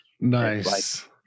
Nice